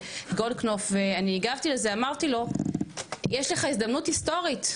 גולדקנופף ואני הגבתי לזה ואמרתי לו יש לך הזדמנות היסטורית,